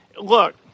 Look